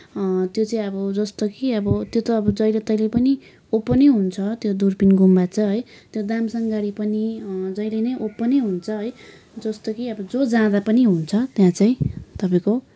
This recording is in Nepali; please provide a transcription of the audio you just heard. त्यो चाहिँ अब जस्तो कि अब त्यो त जहिले तहिले पनि ओपनै हुन्छ त्यो दुर्पिन गुम्बा चाहिँ है त्यो दामसाङ गढी पनि जहिले नै ओपनै हुन्छ है जस्तो कि जो जाँदा पनि हुन्छ त्यहाँ चाहिँ तपाईँको